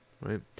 right